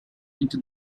into